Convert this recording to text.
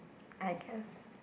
I guess